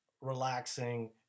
relaxing